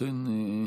אכן,